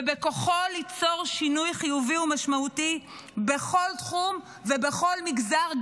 ובכוחו ליצור שינוי חיובי ומשמעותי בכל תחום ובכל מגזר,